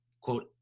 quote